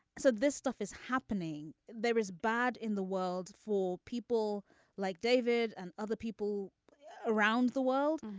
so this stuff is happening. there is bad in the world for people like david and other people around the world.